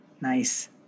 Nice